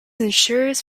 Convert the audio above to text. ensures